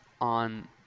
on